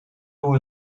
door